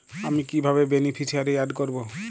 আমি কিভাবে beneficiary add করব?